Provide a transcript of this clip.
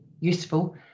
useful